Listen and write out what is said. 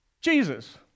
Jesus